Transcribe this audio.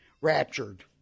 raptured